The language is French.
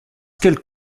qu’elles